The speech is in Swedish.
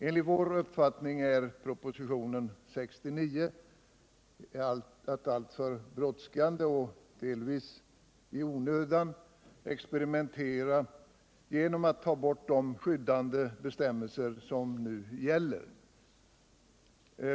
Enligt vår uppfattning innebär propositionen 69 att man alltför brådskande och delvis i onödan experimenterar genom att ta bort de skyddande bestämmelser som nu gäller.